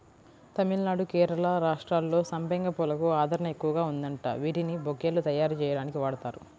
తమిళనాడు, కేరళ రాష్ట్రాల్లో సంపెంగ పూలకు ఆదరణ ఎక్కువగా ఉందంట, వీటిని బొకేలు తయ్యారుజెయ్యడానికి వాడతారు